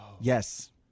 Yes